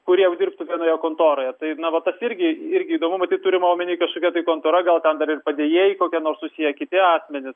kurie dirbtų vienoje kontoroje tai na vat tas irgi irgi įdomu matyt turima omeny kažkokia tai kontora gal ten dar ir padėjėjai kokie nors susiję kiti asmenys